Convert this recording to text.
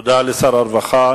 תודה לשר הרווחה.